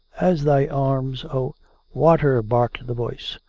as thy arms, o water, barked the voice.